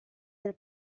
del